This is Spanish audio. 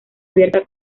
abierta